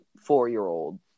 four-year-old